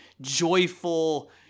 joyful